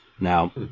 Now